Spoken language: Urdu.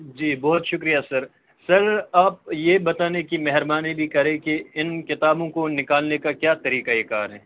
جی بہت شکریہ سر سر آپ یہ بتانے کہ مہربانی بھی کریں کہ ان کتابوں کو نکالنے کا کیا طریقہ کار ہے